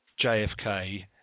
JFK